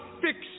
fix